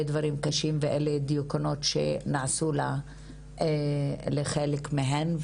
מאוד דברים קשים ואלו דיוקנאות שנעשו לחלק מהן.